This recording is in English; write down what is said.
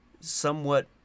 somewhat